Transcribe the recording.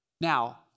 Now